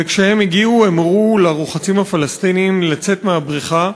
וכשהם הגיעו הם הורו לרוחצים הפלסטינים לצאת מהבריכה,